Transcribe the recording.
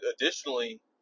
additionally